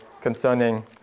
concerning